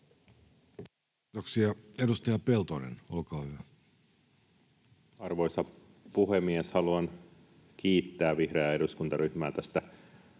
Kiitoksia. — Edustaja Peltonen, olkaa hyvä. Arvoisa puhemies! Haluan kiittää vihreää eduskuntaryhmää tästä tärkeästä